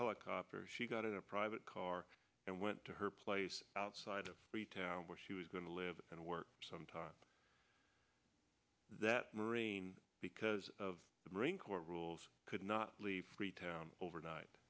helicopter she got in a private car and went to her place outside of the town where she was going to live and work some time that the marines because of the marine corps rules could not leave freetown overnight